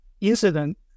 incident